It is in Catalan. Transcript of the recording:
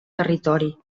territori